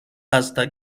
hasta